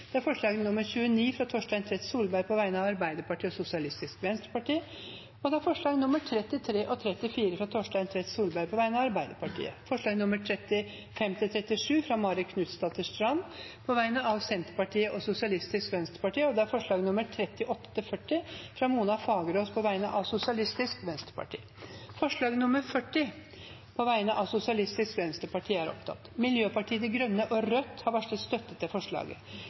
Sosialistisk Venstreparti forslag nr. 28, fra Torstein Tvedt Solberg på vegne av Arbeiderpartiet og Senterpartiet forslagene nr. 29–32, fra Torstein Tvedt Solberg på vegne av Arbeiderpartiet og Sosialistisk Venstreparti forslagene nr. 33 og 34, fra Torstein Tvedt Solberg på vegne av Arbeiderpartiet forslagene nr. 35–37, fra Marit Knutsdatter Strand på vegne av Senterpartiet og Sosialistisk Venstreparti forslagene nr. 38–40, fra Mona Fagerås på vegne av Sosialistisk Venstreparti Det voteres først over forslag nr. 40, fra Sosialistisk Venstreparti. Forslaget lyder: «Stortinget ber regjeringen fremme forslag om basisstøtte til